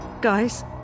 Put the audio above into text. Guys